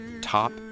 top